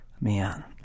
man